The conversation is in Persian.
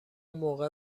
موقع